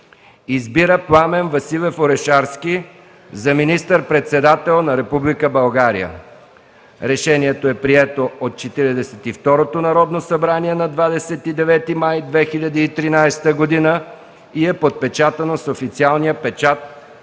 Избира Пламен Василев Орешарски за министър-председател на Република България. 2. Решението е прието от Четиридесет и второто Народно събрание на 29 май 2013 г. и е подпечатано с официалния печат